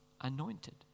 anointed